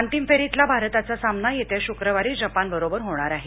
अंतिम फेरीतला भारताचा सामना ये या शु वारी जपानबरोबर होणार आहे